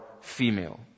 female